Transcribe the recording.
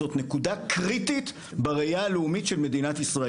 זאת נקודה קריטית בראייה הלאומית של מדינת ישראל.